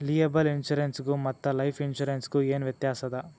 Liable insurance ಗು ಮತ್ತ life insurance ಗು ಏನ್ ವ್ಯಾತ್ಯಾಸದ?